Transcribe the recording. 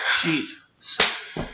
Jesus